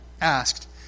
asked